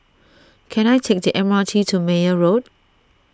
can I take the M R T to Meyer Road